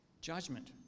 Judgment